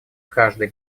каждый